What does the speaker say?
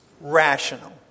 rational